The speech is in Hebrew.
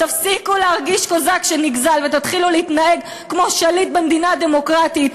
תפסיקו להרגיש קוזק נגזל ותתחילו להתנהג כמו שליט במדינה דמוקרטית,